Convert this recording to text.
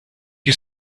you